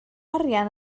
arian